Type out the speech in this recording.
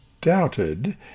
doubted